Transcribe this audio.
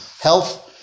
Health